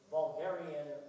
Bulgarian